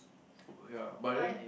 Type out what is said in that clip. oh ya but then